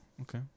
okay